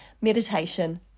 meditation